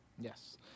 Yes